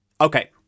Okay